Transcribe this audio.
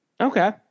okay